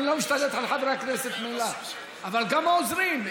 אני לא משתלט על חברי הכנסת, אבל גם העוזרים.